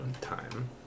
time